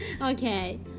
Okay